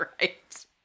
right